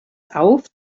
auf